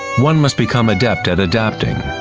one must become adept at adapting.